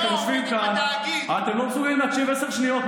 אתם יושבים כאן, אתם לא מסוגלים להקשיב עשר שניות.